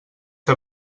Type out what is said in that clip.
que